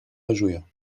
réjouir